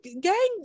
Gang